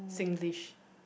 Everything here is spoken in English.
Singlish